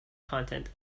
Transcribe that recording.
content